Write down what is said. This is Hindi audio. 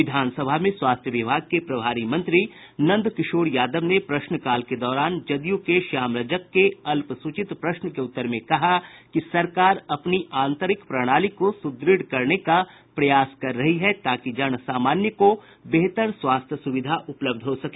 विधान सभा में स्वास्थ्य विभाग के प्रभारी मंत्री नंद किशोर यादव ने प्रश्नकाल के दौरान जद यू के श्याम रजक के अल्पसूचित प्रश्न के उत्तर में कहा कि सरकार अपनी आंतरिक प्रणाली को सुदृढ़ करने का प्रयास कर रही है ताकि जन सामान्य को बेहतर स्वास्थ्य सुविधा उपलब्ध हो सके